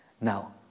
Now